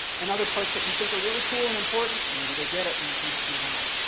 and other parts that you think are really cool and important, maybe they get it and you can just move on.